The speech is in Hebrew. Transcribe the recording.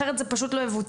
אחרת זה פשוט לא יבוצע.